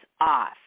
off